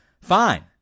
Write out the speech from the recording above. fine